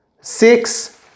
six